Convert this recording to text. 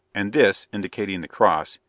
and this, indicating the cross,